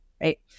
Right